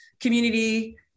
community